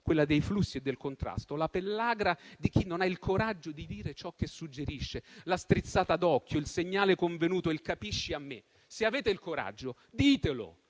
quella dei flussi e del contrasto, la pellagra di chi non ha il coraggio di dire ciò che suggerisce, la strizzata d'occhio, il segnale convenuto, il "capisci a me". Se avete il coraggio, ditelo;